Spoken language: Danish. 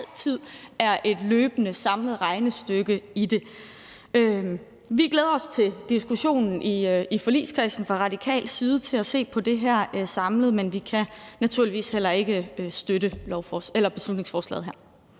altid er et løbende, samlet regnestykke i det. Vi glæder os til diskussionen i forligskredsen fra radikal side og til at se på det her samlet, men vi kan naturligvis heller ikke støtte beslutningsforslaget her.